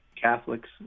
Catholics